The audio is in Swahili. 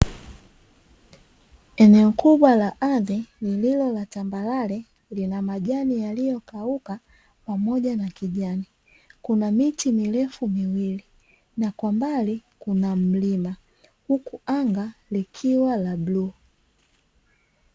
Eneo kubwa la ardhi lililo la tambarare lina majani yaliyokauka pamoja na kijani. Kuna miti mirefu mizuri na kwa mbali kuna mlima huku anga likiwa la bluu.